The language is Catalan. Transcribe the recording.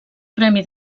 premi